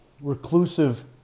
reclusive